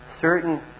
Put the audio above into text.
Certain